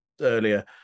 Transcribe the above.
earlier